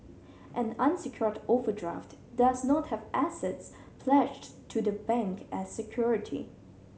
an unsecured overdraft does not have assets pledged to the bank as security